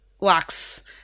locks